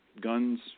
guns